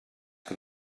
que